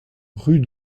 rue